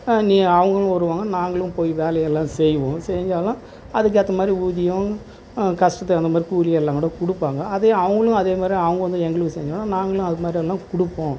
நீ அவங்களும் வருவாங்க நாங்களும் போய் வேலையெல்லாம் செய்வோம் செஞ்சாலும் அதுக்கேற்ற மாதிரி ஊதியம் கஷ்டத்துக்கு தகுந்த மாதிரி கூலியெல்லாம் கூட கொடுப்பாங்க அது அவங்களும் அதேமாதிரி அவங்க வந்து எங்களுக்கு செஞ்சாங்கன்னால் நாங்களும் அது மாதிரியெல்லாம் கொடுப்போம்